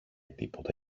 τίποτα